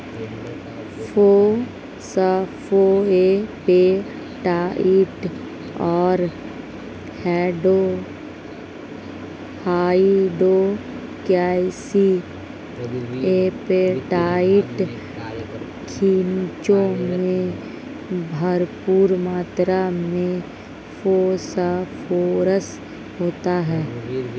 phosphoapatite और hydroxy apatite खनिजों में भरपूर मात्र में फोस्फोरस होता है